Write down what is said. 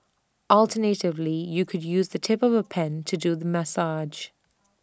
alternatively you can use the tip of A pen to do the massage